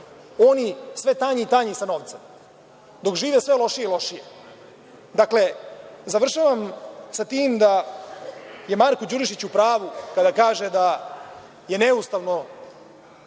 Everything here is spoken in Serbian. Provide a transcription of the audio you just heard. oni sve tanji i tanji sa novcem, dok žive sve lošije i lošije. Završavam sa tim da je Marko Đurišić u pravu kada kaže da su neustavno